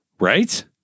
Right